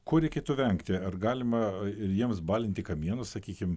ko reikėtų vengti ar galima ir jiems balinti kamienus sakykim